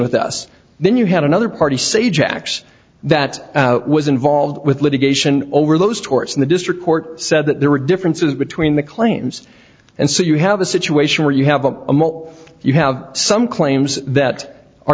with us then you had another party say jacks that was involved with litigation over those torts in the district court said that there were differences between the claims and so you have a situation where you have a mole you have some claims that are